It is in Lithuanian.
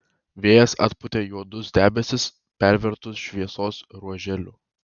vėjas atpūtė juodus debesis pervertus šviesos ruoželiu